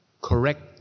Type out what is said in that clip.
correct